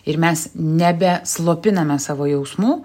ir mes nebeslopiname savo jausmų